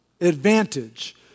advantage